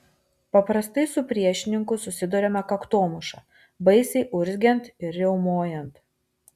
paprastai su priešininku susiduriama kaktomuša baisiai urzgiant ir riaumojant